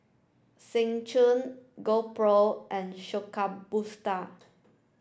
Seng Choon GoPro and Shokubutsu